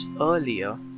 earlier